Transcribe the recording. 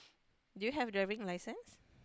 do you have driving licence